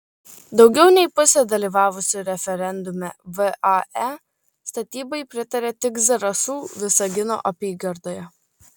daugiau nei pusė dalyvavusiųjų referendume vae statybai pritarė tik zarasų visagino apygardoje